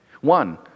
One